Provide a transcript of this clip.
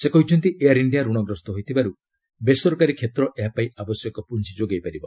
ସେ କହିଛନ୍ତି ଏୟାର୍ ଇଣ୍ଡିଆ ରଣଗ୍ରସ୍ତ ହୋଇଥିବାରୁ ବେସରକାରୀ କ୍ଷେତ୍ର ଏହା ପାଇଁ ଆବଶ୍ୟକ ପୁଞ୍ଜି ଯୋଗାଇ ପାରିବ